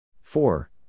Four